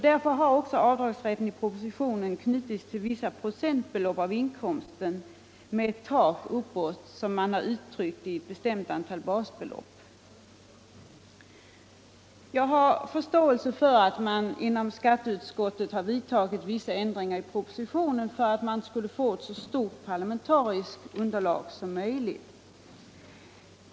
Därför har också avdragsrätten i propositionen knutits till vissa procent av inkomsten, med ett tak som man har uttryckt i ett bestämt antal basbelopp. Jag har förståelse för att man inom skatteutskottet har föreslagit vissa ändringar i propositionen i syfte att få så stort parlamentariskt underlag som möjligt.